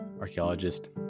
archaeologist